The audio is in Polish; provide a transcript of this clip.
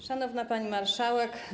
Szanowna Pani Marszałek!